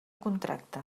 contracte